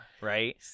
right